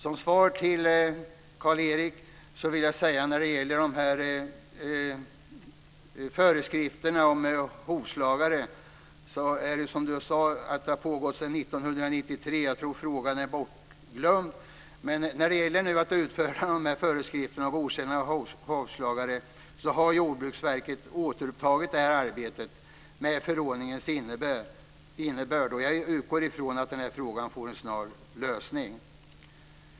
Som svar till Kjell-Erik Karlsson vill jag säga att när det gäller att utfärda förskrifter om godkännande av hovslagare har arbetet pågått sedan 1993. Jag trodde att frågan var bortglömd, men nu har Jordbruksverket återupptagit arbetet med förordningens innebörd. Jag utgår ifrån att frågan får en snar lösning.